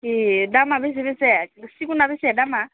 ए दामा बेसे बेसे सिगुना बेसे दामा